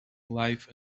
life